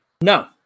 No